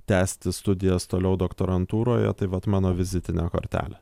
tęsti studijas toliau doktorantūroje tai vat mano vizitinė kortelė